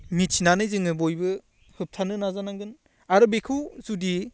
मिथिनानै जोङो बयबो होबथानो नाजानांगोन आरो बेखौ जुदि